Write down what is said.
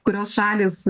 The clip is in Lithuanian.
kurios šalys